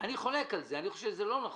אני חולק על זה, אני חושב שזה לא נכון,